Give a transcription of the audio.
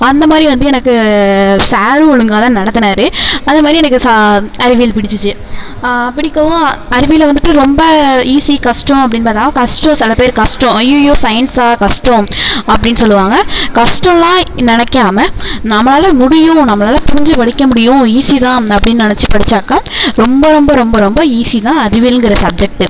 அந்த மாதிரி வந்து எனக்கு சாரும் ஒழுங்காதான் நடத்துனார் அதை மாதிரி எனக்கு சா அறிவியல் பிடிச்சிச்சு பிடிக்கவும் அறிவியலை வந்துட்டு ரொம்ப ஈஸி கஷ்டம் அப்படின்னு பார்த்தா கஷ்டம் சில பேர் கஷ்டம் ஐய்யய்யோ சயின்ஸா கஷ்டம் அப்படின்னு சொல்லுவாங்கள் கஷ்டல்லாம் நினைக்காம நம்மளால் முடியும் நம்மளால் புரிஞ்சு படிக்க முடியும் ஈஸி தான் அப்படின்னு நினச்சி படிச்சாக்கா ரொம்ப ரொம்ப ரொம்ப ரொம்ப ஈஸி தான் அறிவியலுங்கிற சப்ஜெக்ட்டு